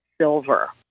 silver